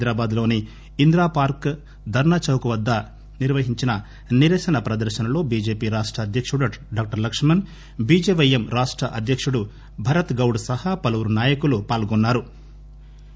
హైదరాబాద్లోని ఇందిరాపార్క్ ధర్నా చౌక్ వద్ద నిర్వహించిన నిరసన ప్రదర్ననలో బిజెపి రాష్ట అధ్యకుడు డాక్టర్ లక్కుణ్ బిజెపైఎం రాష్ట అధ్యకుడు భరత్ గౌడ్ సహా పలువురు నాయకులు పాల్గొన్నా రు